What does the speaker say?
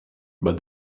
but